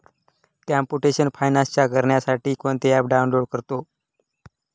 computational finance करण्यासाठी कोणते app download करतो